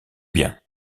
bien